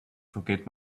forget